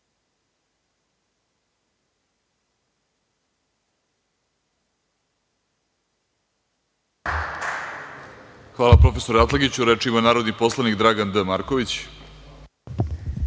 Hvala, profesore Atlagiću. Reč ima narodni poslanik Dragan D. Marković.